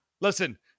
Listen